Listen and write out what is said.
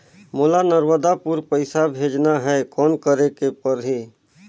मोला नर्मदापुर पइसा भेजना हैं, कौन करेके परही?